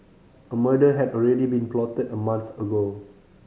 a murder had already been plotted a month ago